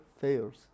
fails